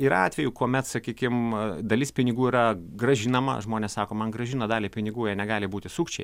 ir atvejų kuomet sakykim dalis pinigų yra grąžinama žmonės sako man grąžino dalį pinigų jie negali būti sukčiai